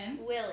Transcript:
Willie